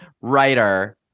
writer